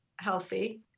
healthy